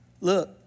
Look